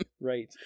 Right